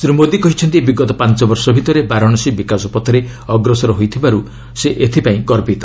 ଶ୍ରୀ ମୋଦି କହିଛନ୍ତି ବିଗତ ପାଞ୍ଚ ବର୍ଷ ଭିତରେ ବାରାଣସୀ ବିକାଶ ପଥରେ ଅଗ୍ରସର ହୋଇଥିବାର୍ତ ସେ ଏଥିପାଇଁ ଗର୍ବିତ